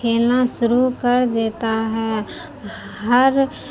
کھیلنا شروع کر دیتا ہے ہر